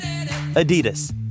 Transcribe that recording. adidas